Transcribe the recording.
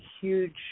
huge